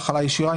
החלה ישירה.